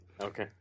Okay